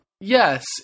yes